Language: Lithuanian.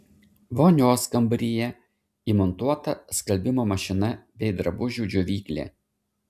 vonios kambaryje įmontuota skalbimo mašina bei drabužių džiovyklė